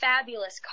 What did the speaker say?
fabulous